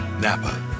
Napa